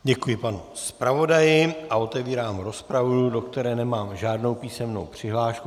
Děkuji panu zpravodaji a otevírám rozpravu, do které nemám žádnou písemnou přihlášku.